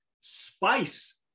spice